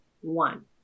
one